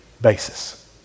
basis